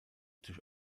durch